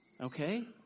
Okay